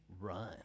run